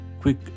quick